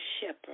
shepherd